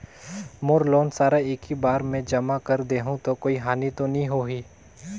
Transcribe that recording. मोर loan सारा एकी बार मे जमा कर देहु तो कोई हानि तो नी होही?